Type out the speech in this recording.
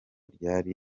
ryari